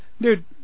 dude